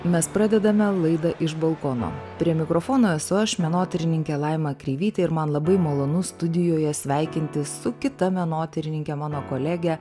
mes pradedame laidą iš balkono prie mikrofono esu aš menotyrininkė laima kreivytė ir man labai malonu studijoje sveikintis su kita menotyrininke mano kolege